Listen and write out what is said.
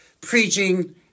preaching